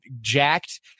jacked